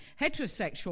heterosexual